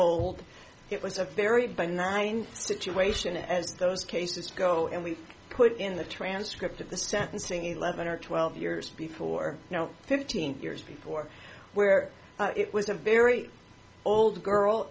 old it was a very benign situation as those cases go and we put in the transcript of the sentencing eleven or twelve years before you know fifteen years before where it was a very old girl